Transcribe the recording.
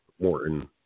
Morton